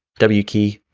w key.